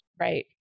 Right